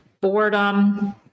boredom